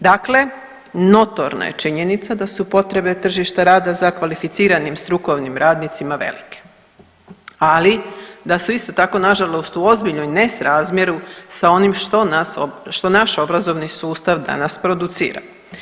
Dakle, notorna je činjenica da su potrebe tržišta rada za kvalificiranim strukovnim radnicima velike, ali da su isto tako nažalost u ozbiljnom nesrazmjeru sa onim što nas, što naš obrazovni sustav danas producira.